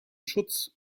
schutz